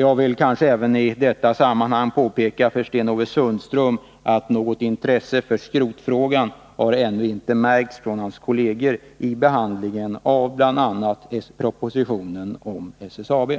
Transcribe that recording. Jag vill i detta sammanhang även påpeka för Sten-Ove Sundström att något intresse för skrotfrågan ännu inte har märkts från hans kolleger vid behandlingen av bl.a. propositionen om SSAB.